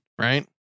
right